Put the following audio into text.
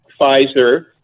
Pfizer